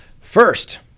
First